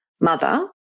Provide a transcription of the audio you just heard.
mother